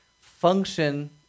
function